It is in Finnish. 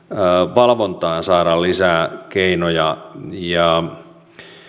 valvontaan saada lisää keinoja